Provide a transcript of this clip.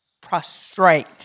Prostrate